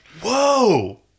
Whoa